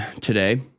today